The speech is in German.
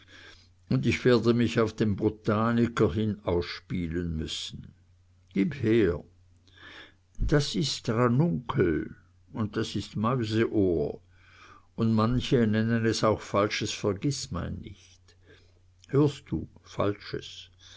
und ich werde mich auf den botaniker hin ausspielen müssen gib her das ist ranunkel und das ist mäuseohr und manche nennen es auch falsches vergißmeinnicht hörst du falsches